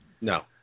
No